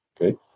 Okay